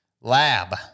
Lab